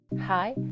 Hi